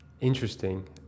Interesting